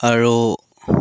আৰু